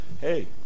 hey